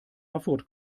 erfurt